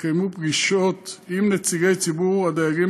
התקיימו פגישות עם נציגי ציבור הדייגים